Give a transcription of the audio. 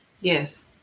yes